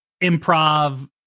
improv